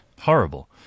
horrible